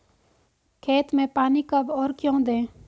खेत में पानी कब और क्यों दें?